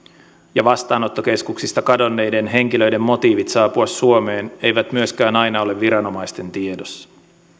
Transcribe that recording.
ja vastaanottokeskuksista kadonneiden henkilöiden motiivit saapua suomeen eivät myöskään aina ole viranomaisten tiedossa